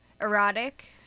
erotic